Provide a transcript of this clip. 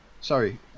Sorry